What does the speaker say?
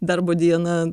darbo dieną